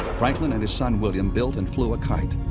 franklin and his son william built and flew a kite.